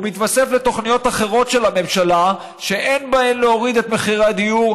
הוא מתווסף לתוכניות אחרות של הממשלה שאין בהן להוריד את מחירי הדיור,